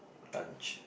!ouch!